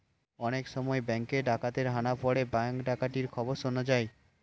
অনেক সময় ব্যাঙ্কে ডাকাতের হানা পড়ে ব্যাঙ্ক ডাকাতির খবর শোনা যায়